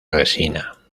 resina